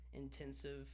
intensive